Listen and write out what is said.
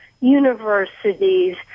universities